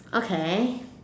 okay